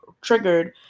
triggered